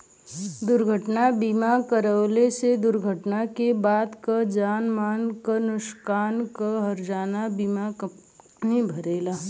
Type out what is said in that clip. दुर्घटना बीमा करवले से दुर्घटना क बाद क जान माल क नुकसान क हर्जाना बीमा कम्पनी भरेला